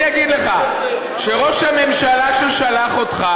אני אגיד לך שראש הממשלה ששלח אותך